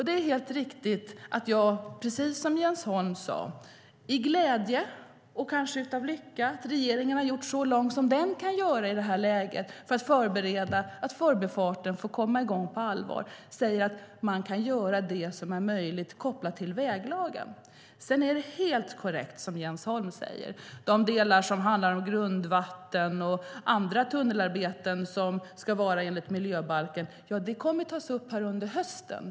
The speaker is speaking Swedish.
Det är helt riktigt att jag, precis som Jens Holm sade, i glädje och kanske av lycka över att regeringen gjort så mycket som den kan göra i det här läget för att förbereda för förbifarten att komma i gång på allvar säger: Man kan göra det som är möjligt kopplat till väglagen. Sedan är det som Jens Holm säger helt korrekt. De delar som handlar om grundvatten och andra tunnelarbeten som ska vara enligt miljöbalken kommer att tas upp under hösten.